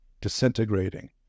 disintegrating